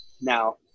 now